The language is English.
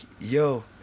yo